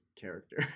character